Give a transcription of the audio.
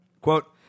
Quote